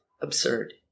absurd